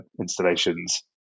installations